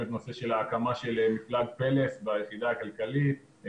את נושא ההקמה של מפלג "פלס" ביחידה הכלכלית.